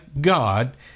God